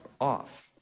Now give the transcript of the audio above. off